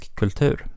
kultur